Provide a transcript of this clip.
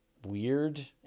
weird